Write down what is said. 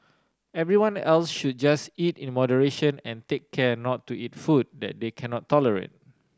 everyone else should just eat in moderation and take care not to eat food that they cannot tolerate